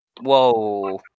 Whoa